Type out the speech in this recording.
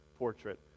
portrait